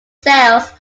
cells